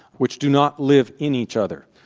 which do not live in each other,